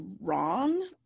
wrong